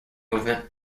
movement